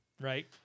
Right